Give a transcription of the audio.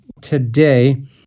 today